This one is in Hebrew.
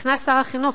נכנס שר החינוך,